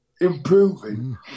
improving